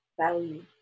value